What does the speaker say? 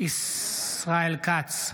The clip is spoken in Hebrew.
ישראל כץ,